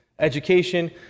Education